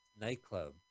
Nightclub